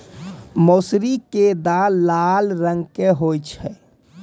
मौसरी के दाल लाल रंग के होय छै